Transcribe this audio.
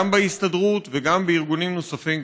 גם בהסתדרות וגם בארגונים נוספים,